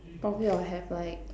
probably I'll have like